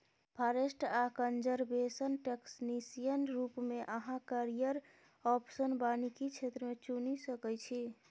forest आ conservation technician रुप मे अहाँ कैरियर आप्शन बानिकी क्षेत्र मे चुनि सकै छी